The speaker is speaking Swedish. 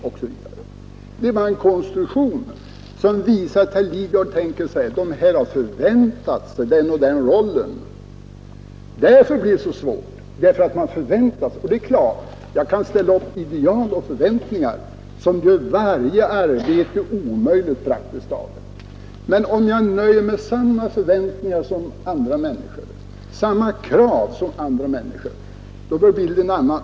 Nej, herr Lidgard, det är en konstruktion! Akademikerna har väntat sig att få spela en viss roll, därför blir det svårt. Man kan givetvis ställa upp ideal och ha förväntningar som gör praktiskt taget varje arbete omöjligt. Men om man nöjer sig med samma förväntningar och krav som andra människor, så blir bilden en helt annan för akademikerna.